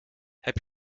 heb